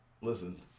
Listen